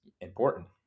important